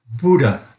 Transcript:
Buddha